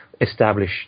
establish